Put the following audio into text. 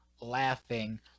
Laughing